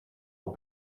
aux